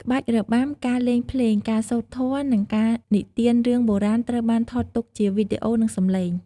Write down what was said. ក្បាច់របាំ ការលេងភ្លេង ការសូត្រធម៌ និងការនិទានរឿងបុរាណត្រូវបានថតទុកជាវីដេអូ និងសំឡេង។